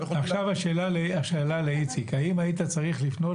עכשיו השאלה לאיציק: האם היית צריך לפנות